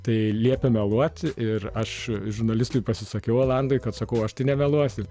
tai liepė meluot ir aš žurnalistui pasisakiau olandui kad sakau aš tai nemeluosiu